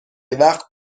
وقت